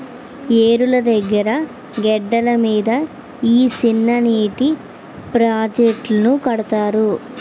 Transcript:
ఏరుల దగ్గిర గెడ్డల మీద ఈ సిన్ననీటి ప్రాజెట్టులను కడతారు